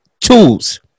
tools